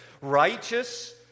Righteous